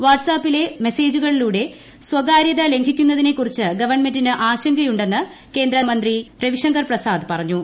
watts ആപ്പിലെ മെസേജുകളിലൂടെ സ്ഥകാര്യത ലംഘിക്കുന്നതിനെക്കുറിച്ച് ഗവൺമെന്റിന് ആശങ്കയുണ്ടെന്ന് കേന്ദ്രമന്ത്രി രവിശങ്കർ പ്രസാദ് പറഞ്ഞു